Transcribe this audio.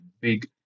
big